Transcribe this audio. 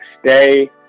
stay